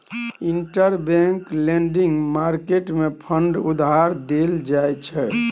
interbank lending market मे fund उधार देल जाइ छै